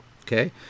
Okay